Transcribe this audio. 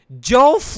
Joe